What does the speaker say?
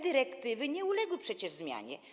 Dyrektywy nie uległy przecież zmianie.